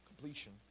Completion